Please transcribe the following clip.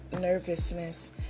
nervousness